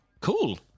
Cool